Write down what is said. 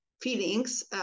feelings